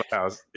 house